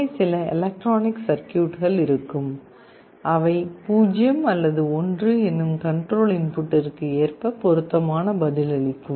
உள்ளே சில எலக்ட்ரானிக் சர்க்யூட்கள் இருக்கும் அவை 0 அல்லது 1 என்னும் கன்ட்ரோல் இன்புட்டிற்கு ஏற்ப பொருத்தமான பதிலளிக்கும்